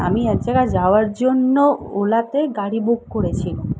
আমি এক জায়গায় যাওয়ার জন্য ওলাতে গাড়ি বুক করেছিলাম